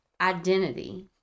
identity